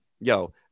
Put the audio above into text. yo